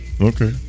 Okay